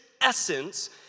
essence